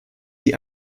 die